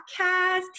podcast